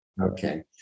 Okay